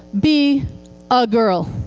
be a girl.